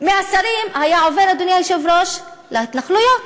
מהשרים היה עובר, אדוני היושב-ראש, להתנחלויות,